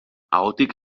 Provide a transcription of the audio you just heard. ahotik